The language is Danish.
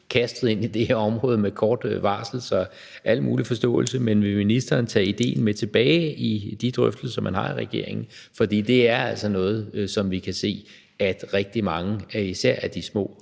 kastet ind på det her område med kort varsel, så det har jeg al mulig forståelse for, men vil ministeren tage idéen med tilbage i de drøftelser, man har i regeringen? For det er altså noget, vi kan se rigtig mange især af de små